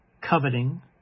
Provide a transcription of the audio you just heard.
coveting